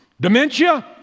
Dementia